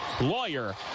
Lawyer